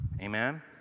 Amen